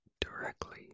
directly